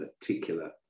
particular